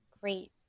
Great